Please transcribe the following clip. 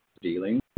dealing